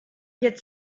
get